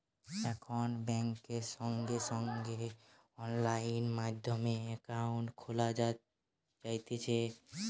এখন বেংকে সঙ্গে সঙ্গে অনলাইন মাধ্যমে একাউন্ট খোলা যাতিছে